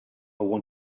want